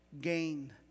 gain